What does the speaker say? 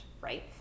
right